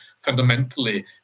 fundamentally